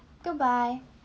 goodbye